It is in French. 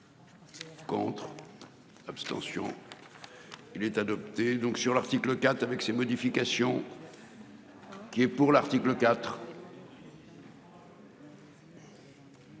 Contre. Abstention. Il est adopté. Donc sur l'article quatre avec ces modifications. Qui est pour l'article IV.